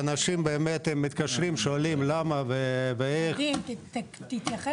האנשים הם מתקשרים ושואלים למה ואיך --- ודים תתייחס